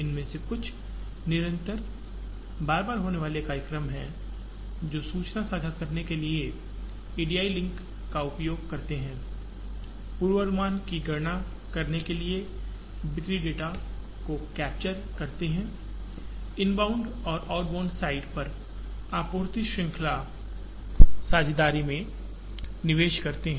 इनमें से कुछ निरंतर बार बार होने वाले कार्यक्रम हैं जो सूचना साझा करने के लिए ईडीआई लिंक का उपयोग करते हैं पूर्वानुमान की गणना करने के लिए बिक्री डेटा को कैप्चर करते हैं इनबाउंड और आउट बाउंड साइड पर आपूर्ति श्रृंखलासप्लाई चेन साझेदारी में निवेश करते हैं